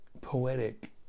poetic